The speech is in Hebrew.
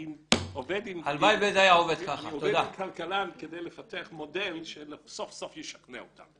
אני עובד עם כלכלן כדי לפתח מודל שסוף-סוף ישכנע אותם,